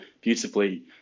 beautifully